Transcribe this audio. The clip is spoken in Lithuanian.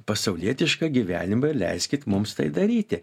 pasaulietišką gyvenimą ir leiskit mums tai daryti